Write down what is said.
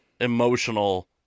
emotional